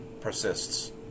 persists